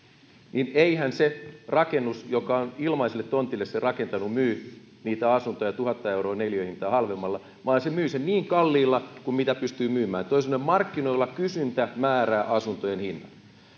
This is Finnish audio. niin eihän se rakentaja joka on ilmaiselle tontille sen talon rakentanut myy niitä asuntoja tuhatta euroa neliöhintaa halvemmalla vaan se myy sen niin kalliilla kuin pystyy myymään toisin sanoen markkinoilla kysyntä määrää asuntojen hinnat